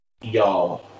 Y'all